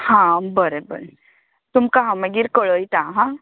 हां बरें बरें तुमकां हांव मागीर कळयता हां